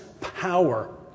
power